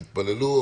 התפללו,